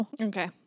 Okay